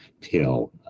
pill